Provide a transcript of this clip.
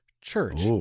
church